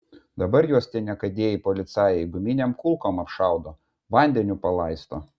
dabar juos tie niekadėjai policajai guminėm kulkom apšaudo vandeniu palaisto